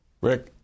Rick